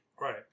Right